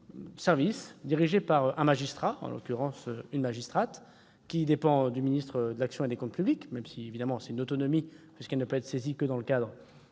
service, dirigé par un magistrat- en l'occurrence, une magistrate -et qui dépend du ministre de l'action et des comptes publics, même s'il est évidemment autonome, puisqu'il ne peut être saisi que dans le cadre